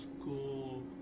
school